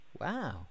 Wow